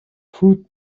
fruit